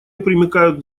примыкают